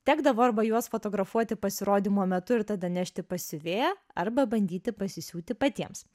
tekdavo arba juos fotografuoti pasirodymo metu ir tada nešti pas siuvėją arba bandyti pasisiūti patiems